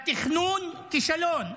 בתכנון, כישלון.